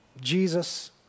Jesus